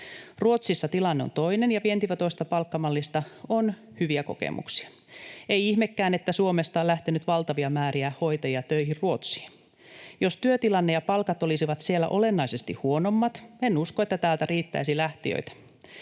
Ruotsissa tilanne on toinen ja vientivetoisesta palkkamallista on hyviä kokemuksia. Ei ihmekään, että Suomesta on lähtenyt valtavia määriä hoitajia töihin Ruotsiin. Jos työtilanne ja palkat olisivat siellä olennaisesti huonommat, en usko, että täältä riittäisi lähtijöitä,